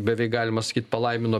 beveik galima sakyt palaimino